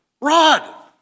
Rod